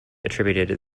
attributed